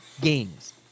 games